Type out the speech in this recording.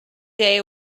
day